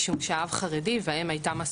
משום שהאב חרדית והאם הייתה מסורתית,